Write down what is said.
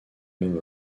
même